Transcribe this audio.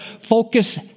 focus